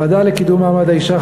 בוועדה לקידום מעמד האישה,